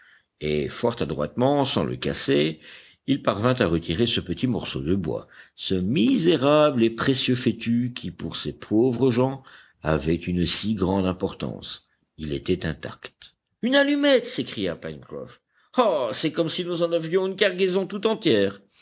et fort adroitement sans le casser il parvint à retirer ce petit morceau de bois ce misérable et précieux fétu qui pour ces pauvres gens avait une si grande importance il était intact une allumette s'écria pencroff ah c'est comme si nous en avions une cargaison tout entière